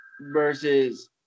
versus